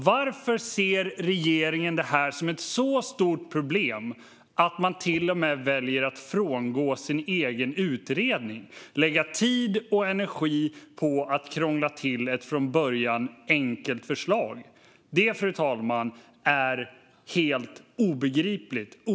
Varför ser regeringen det här som ett så stort problem att man till och med väljer att frångå sin egen utredning och lägga tid och energi på att krångla till ett från början enkelt förslag? Det är helt obegripligt, fru talman.